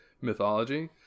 mythology